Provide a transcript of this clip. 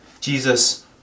Jesus